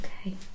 Okay